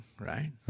right